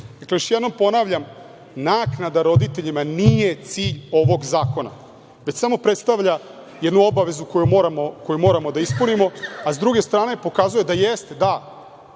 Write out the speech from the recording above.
nije. Dakle, još jednom ponavljam, naknada roditeljima nije cilj ovog zakona, već samo predstavlja jednu obavezu koju moramo da ispunimo. S druge strane, pokazuje da jeste, da,